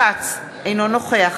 לצערי,